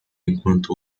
enquanto